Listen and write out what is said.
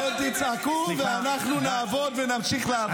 אתם תצעקו ואנחנו נעבוד ונמשיך לעבוד.